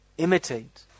imitate